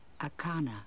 Akana